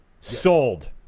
Sold